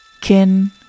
Kin